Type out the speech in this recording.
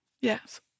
Yes